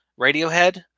Radiohead